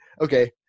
Okay